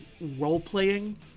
role-playing